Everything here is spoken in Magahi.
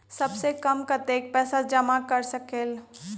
सबसे कम कतेक पैसा जमा कर सकेल?